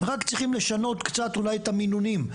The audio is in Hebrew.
רק צריכים לשנות אולי קצת את המינונים.